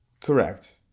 Correct